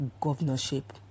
governorship